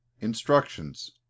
INSTRUCTIONS